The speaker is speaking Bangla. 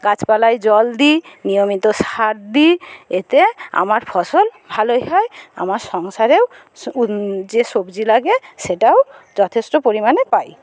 গাছপালায় জল দিই নিয়মিত সার দিই এতে আমার ফসল ভালোই হয় আমার সংসারেও স যে সবজি লাগে সেটাও যথেষ্ট পরিমাণে পাই